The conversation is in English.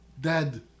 dead